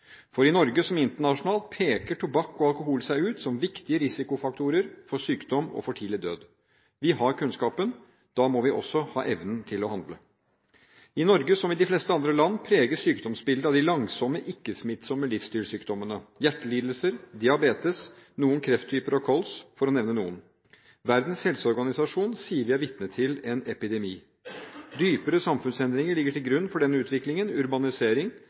For i Norge som internasjonalt peker tobakk og alkohol seg ut som viktige risikofaktorer for sykdom og for tidlig død. Vi har kunnskapen. Da må vi også ha evnen til å handle. I Norge som i de fleste andre land preges sykdomsbildet av de langsomme, ikke-smittsomme livsstilssykdommene: hjertelidelser, diabetes, noen krefttyper og kols, for å nevne noen. Verdens helseorganisasjon sier vi er vitne til en epidemi. Dypere samfunnsendringer ligger til grunn for denne utviklingen: urbanisering,